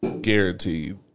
guaranteed